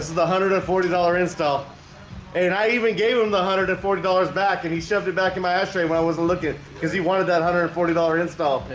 hundred and forty dollars install and i even gave him the hundred and forty dollars back and he shoved it back in my ashtray when i wasn't looking because he wanted that hundred and forty dollars installed.